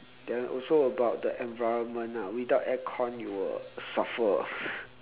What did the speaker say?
then also about the environment ah without air con you will suffer